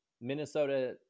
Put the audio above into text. Minnesota